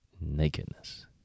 nakedness